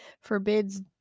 forbids